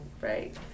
Right